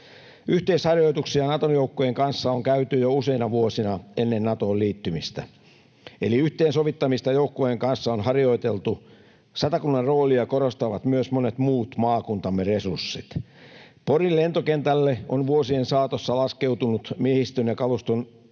Yhteisharjoituksia Naton joukkojen kanssa on käyty jo useina vuosina ennen Natoon liittymistä, eli yhteensovittamista joukkueen kanssa on harjoiteltu. Satakunnan roolia korostavat myös monet muut maakuntamme resurssit. Porin lentokentälle on vuosien saatossa laskeutunut miehistön ja kaluston